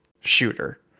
shooter